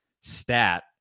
stat